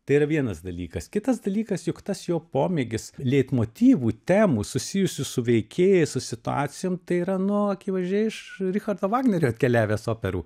tai yra vienas dalykas kitas dalykas juk tas jo pomėgis leitmotyvų temų susijusių su veikėjais su situacijom tai yra nu akivaizdžiai iš richardo vagnerio atkeliavęs operų